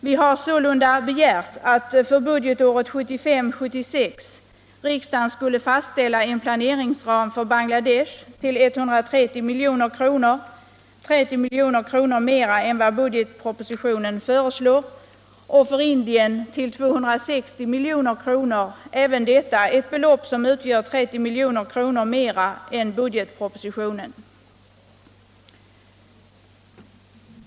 Vi har sålunda begärt att riksdagen för budgetåret 1975/76 skulle fastställa planeringsramen för Bangladesh till 130 milj.kr. — vilket är 30 milj.kr. mer än vad budgetpropositionen föreslår — och för Indien till 260 milj.kr. — även detta ett belopp som utgör 30 milj.kr. mera än vad som upptagits i budgetpropositionen.